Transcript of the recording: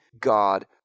God